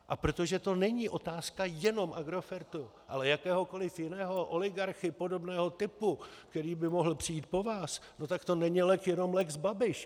A protože to není otázka jenom Agrofertu, ale jakéhokoli jiného oligarchy podobného typu, který by mohl přijít po vás, tak to není jenom lex Babiš.